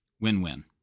Win-win